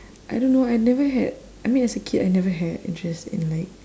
I don't know I never had I mean as a kid I never had interest in like